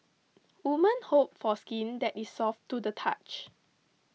woman hope for skin that is soft to the touch